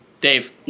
Dave